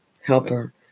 helper